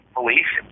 police